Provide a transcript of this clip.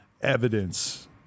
evidence